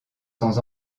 sans